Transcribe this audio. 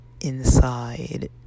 inside